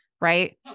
Right